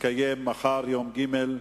תתקיים מחר, יום שלישי,